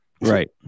right